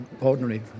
ordinary